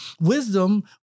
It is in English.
wisdom